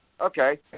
Okay